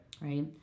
right